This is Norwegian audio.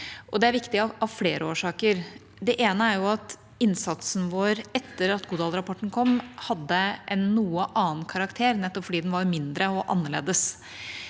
Det er viktig av flere årsaker. Den ene er at innsatsen vår etter at Godal-rapporten kom, hadde en noe annen karakter, nettopp fordi den var mindre og annerledes.